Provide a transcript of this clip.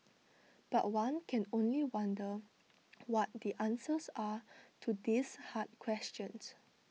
but one can only wonder what the answers are to these hard questions